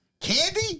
Candy